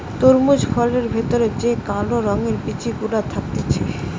তরমুজ ফলের ভেতর যে কালো রঙের বিচি গুলা থাকতিছে